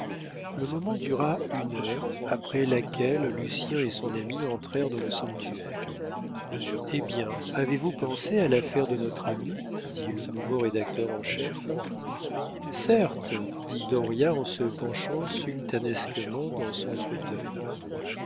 le moment dura une heure après laquelle lucien et son ami entrèrent dans le sanctuaire eh bien avez-vous pensé à l'affaire de notre ami dit le nouveau rédacteur en chef certes dit dauriat en se penchant sultanesquement dans son fauteuil